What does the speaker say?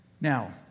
Now